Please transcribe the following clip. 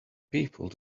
people